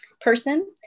person